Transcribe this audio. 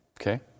Okay